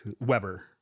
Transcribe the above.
Weber